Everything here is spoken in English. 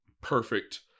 perfect